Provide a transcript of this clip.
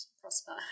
prosper